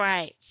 Right